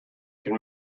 can